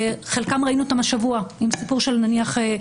את חלקם ראינו השבוע, עם הסיפור של רוגלות,